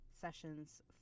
sessions